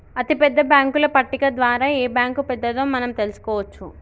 అతిపెద్ద బ్యేంకుల పట్టిక ద్వారా ఏ బ్యాంక్ పెద్దదో మనం తెలుసుకోవచ్చు